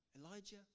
Elijah